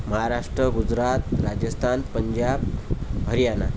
Maharashtra Gujarat Rajasthan Punjab Haryana